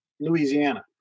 Louisiana